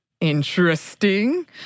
Interesting